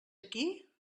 aquí